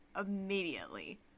immediately